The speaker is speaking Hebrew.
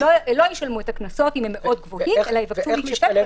לא ישלמו את הקנסות אם הם גבוהים מאוד אלא יבקשו להישפט.